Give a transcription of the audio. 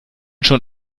schon